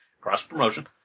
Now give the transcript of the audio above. cross-promotion